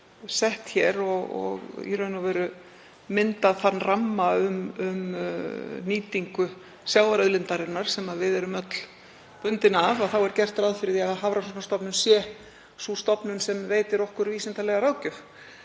sett hér og í raun og veru myndað þann ramma um nýtingu sjávarauðlindarinnar sem við erum öll bundin af þá er gert ráð fyrir því að Hafrannsóknastofnun sé sú stofnun sem veitir okkur vísindalega ráðgjöf.